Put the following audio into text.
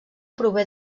prové